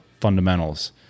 fundamentals